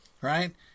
right